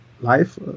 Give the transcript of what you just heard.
life